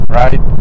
right